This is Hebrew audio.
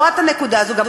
רואה את הנקודה הזאת,